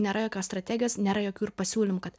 nėra jokios strategijos nėra jokių ir pasiūlymų kad